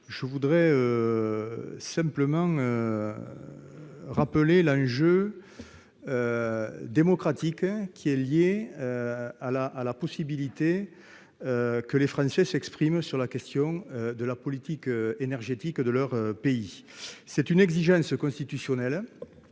Je veux simplement rappeler l'enjeu démocratique que représente la possibilité pour les Français de s'exprimer sur la question de la politique énergétique de leur pays. Il s'agit d'une exigence constitutionnelle,